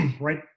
right